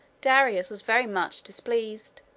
darius was very much displeased.